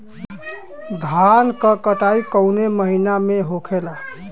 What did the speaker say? धान क कटाई कवने महीना में होखेला?